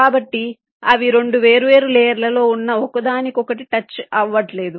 కాబట్టి అవి 2 వేర్వేరు లేయర్ల లో ఉన్న ఒకదానికొకటి టచ్ అవ్వట్లేదు